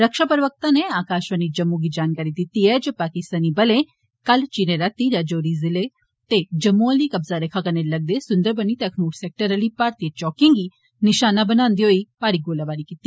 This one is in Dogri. रक्षा प्रवक्ता नै आकाषवाणी जम्मू गी जानकारी दिती ऐ जे पाकिस्तानी बलें कल रातीं राजौरी जिले ते जम्मू आली कब्जा रेखा कन्नै लगदे सुन्दरबनी ते अखनूर सैक्टर आली भारतीय चौकिएं गी निषाना बनानदे होई गोलीबारी कीती